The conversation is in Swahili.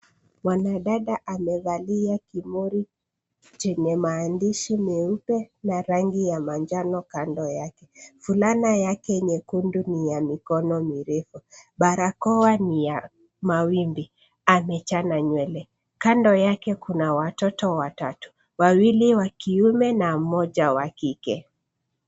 Mwanadada amevalia king'ori chenye maandishi mieupe na rangi ya manjano kando yake . Fulana yake nyekundu ni ya mikono mirefu. Barakoa ni ya mawimbi. Amechana nywele. Kando yake kuna watoto watatu, wawili wa kiume na mmoja wa kike.